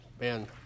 Man